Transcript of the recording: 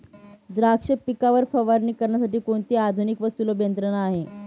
द्राक्ष पिकावर फवारणी करण्यासाठी कोणती आधुनिक व सुलभ यंत्रणा आहे?